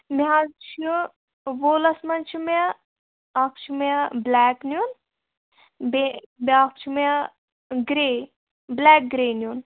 مےٚ حظ چھُ ووٗلَس منٛز چھُ مےٚ اکھ چھُ مےٚ بُلیک نِیُن بیٚیہِ بیٛاکھ چھُ مےٚ گرٛے بُلیک گرٛے نِیُن